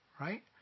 right